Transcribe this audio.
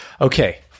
Okay